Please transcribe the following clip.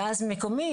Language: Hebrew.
גז מקומי,